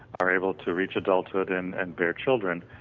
are able to reach adulthood and and bear children.